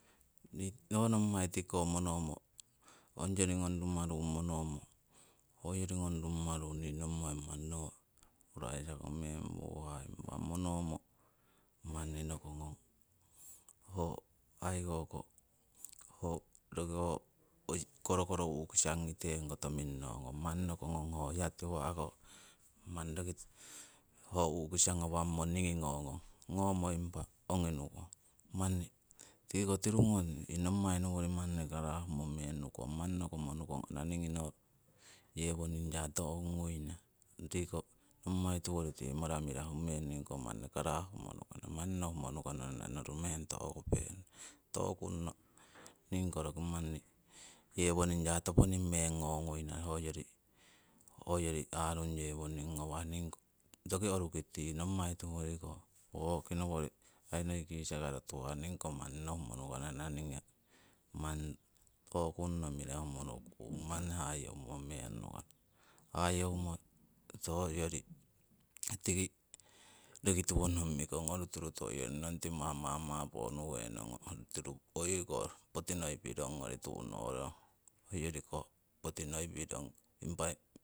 Nii ho nommai tiki ko monomo ong yori ngong rumaru monomo, hoyori ngong rumaru nii nommai manni ho kuraisako meng puhah impa monomo manni noko ngong ho aii hoko ho roki ho korokoro u'kisang ngiteng koto minnongong manni nokongong ho hiya tiwa'ko manni roki ho u'kisa ngawamo ningi ngo ngong, ngomo impa ongi nukong. Manni, tiko tirungo tii nommai nowori manni karahumo meng nukong, manni nokomo nukong ana ningii yewoning ya meng to'kunguina? Tiko nommai tiwori tii mara mirahu meng ningii ko manni karahumo nukana, manni nohuma nukana ana noru meng to'kupenana, to'kunno ningi ko manni yewoning ya meng topowoning ngo nguina, hoyori hoyori aarung yewonning ngawah. Roki roruki tii nommai tiworiko poo'ki nowori aii noi kisakaro tuhah ningiko manni nohumo nukana ana ningi ko to'kun'o manni mirahu mo rokung manni hayeumo meng nukana, heyemo tii rokitiwo mikong, oru tiru hoyori nong timah mamapoh nuhenong hoyori koh poti noi pirong tu'norong, hoyoriko poti noi pirong impa.